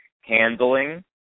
Handling